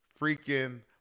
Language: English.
freaking